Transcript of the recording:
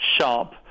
sharp